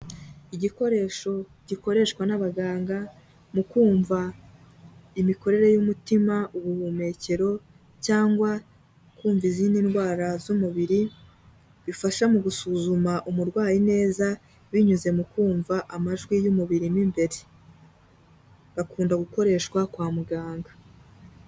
Igikoresho gikoreshwa n'abaganga mu kumva imikorere y'umutima, ubuhumekero cyangwa kumva izindi ndwara z'umubiri, bifasha mu gusuzuma umurwayi neza binyuze mu kumva amajwi y'umubiri mo imbere, gakunda gukoreshwa kwa muganga.